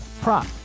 prop